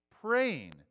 praying